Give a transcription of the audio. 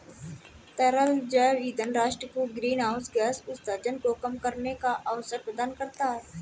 तरल जैव ईंधन राष्ट्र को ग्रीनहाउस गैस उत्सर्जन को कम करने का अवसर प्रदान करता है